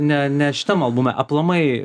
ne ne šitam albume aplamai